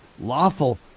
lawful